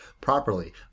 properly